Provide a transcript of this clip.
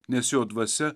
nes jo dvasia